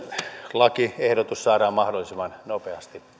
lakiehdotus saadaan mahdollisimman nopeasti